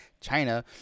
China